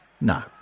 No